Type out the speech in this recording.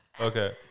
Okay